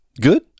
Good